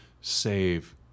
save